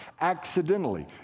accidentally